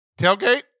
Tailgate